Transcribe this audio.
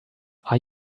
are